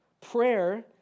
prayer